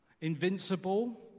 Invincible